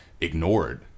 ignored